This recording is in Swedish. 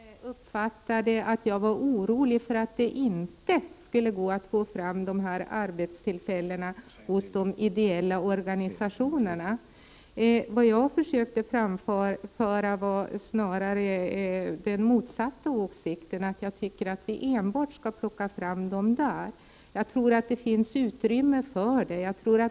Herr talman! Jag är ledsen om jag uttryckte mig så att Birgit Henriksson uppfattade att jag var orolig för att det inte skulle gå att få fram arbetstillfällen hos de ideella organisationerna. Vad jag försökte framföra var snarare den motsatta åsikten, att jag tycker att vi enbart skall plocka fram arbetstillfällen där. Jag tror det finns utrymme för det.